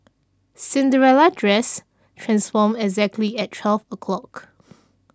Cinderella's dress transformed exactly at twelve o'clock